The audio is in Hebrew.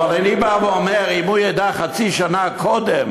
אבל אני בא ואומר: אם הוא ידע חצי שנה קודם,